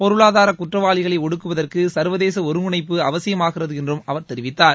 பொருளாதார குற்றவாளிகளை ஒடுக்குவதற்கு சா்வதேச ஒருங்கிணைப்பு அவசியமாகிறது என்றும் அவர் தெரிவித்தார்